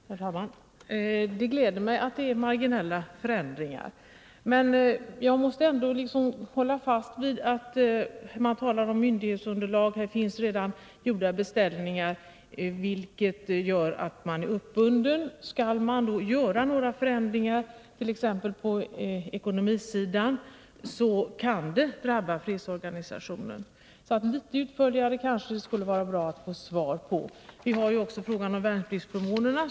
Herr talman! Det gläder mig att det är marginella förändringar, men jag måste ändå hålla fast vid att det talas om myndighetsunderlag. Här finns redan gjorda beställningar, vilket gör att man är uppbunden. Skall det då göras några förändringar, t.ex. på ekonomisidan, kan det drabba fredsorganisationen. Det skulle alltså vara bra om vi kunde få ett litet utförligare svar. Vi har också frågan om värnpliktsförmånerna.